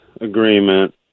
agreement